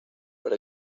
per